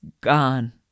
gone